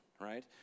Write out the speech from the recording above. right